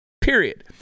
period